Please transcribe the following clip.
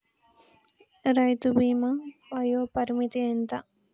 రైతు బీమా వయోపరిమితి ఎంత?